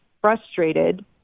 frustrated